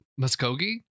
Muskogee